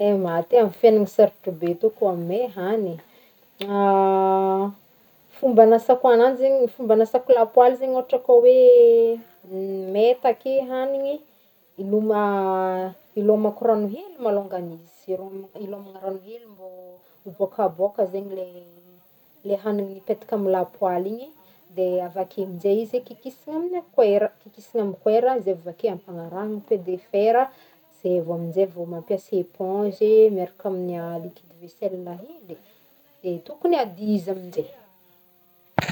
Eh maty e, amy fiainagny sarotro be tô kô mey hagny fomba anasako ananjy zegny, fomba anasako lapoaly zegny ohatra koa hoe mey take hanigny hiloma- hilomako rano hely malongany izy hilomagny rano hely mbô hibôkabôka zegny le- le hanigny nipetaky amy lapoaly igny de avy ake amize izy kikisagny amina koera kikisagny amy koera zay vô avy ake ampanarahagny paille de fer zay vo amze vô mampiasa eponge miarak'amina liquide vaisselle hely de tokony hady izy amnje.